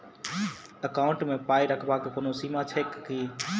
Account मे पाई रखबाक कोनो सीमा छैक की?